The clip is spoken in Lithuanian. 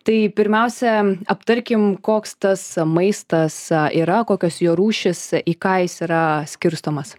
tai pirmiausia aptarkim koks tas maistas yra kokios jo rūšis į ką jis yra skirstomas